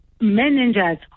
managers